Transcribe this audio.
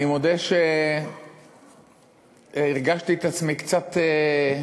אני מודה שהרגשתי את עצמי קצת אמביוולנטי,